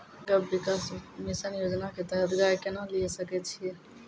गव्य विकास मिसन योजना के तहत गाय केना लिये सकय छियै?